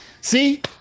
See